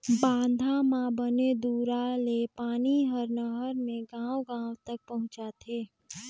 बांधा म बने दूरा ले पानी हर नहर मे गांव गांव तक पहुंचथे